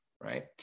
right